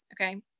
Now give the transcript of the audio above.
okay